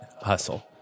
hustle